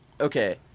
okay